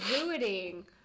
ruining